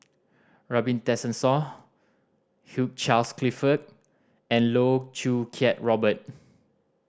Robin Tessensohn Hugh Charles Clifford and Loh Choo Kiat Robert